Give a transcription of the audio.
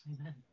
Amen